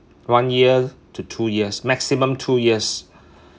one year to two years maximum two years